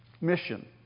mission